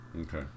Okay